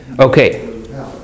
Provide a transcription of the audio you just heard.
Okay